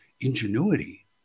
ingenuity